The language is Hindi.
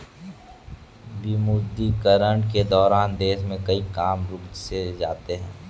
विमुद्रीकरण के दौरान देश में कई काम रुक से जाते हैं